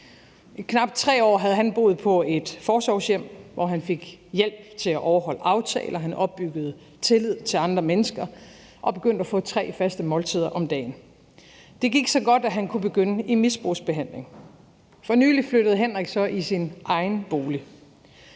I knap 3 år havde han boet på et forsorgshjem, hvor han fik hjælp til at overholde aftaler; han opbyggede tillid til andre mennesker og begyndte at få tre faste måltider om dagen. Det gik så godt, at han kunne begynde i misbrugsbehandling. For nylig flyttede Henrik så i sin egen bolig.